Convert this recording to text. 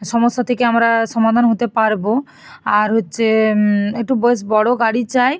সমস্যা থেকে আমরা সমাধান হতে পারব আর হচ্ছে একটু বেশ বড় গাড়ি চাই